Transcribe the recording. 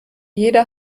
jeder